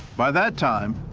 by that time,